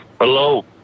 Hello